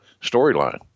storyline